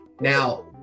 Now